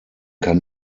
kann